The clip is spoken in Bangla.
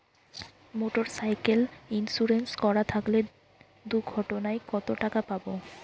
মোটরসাইকেল ইন্সুরেন্স করা থাকলে দুঃঘটনায় কতটাকা পাব?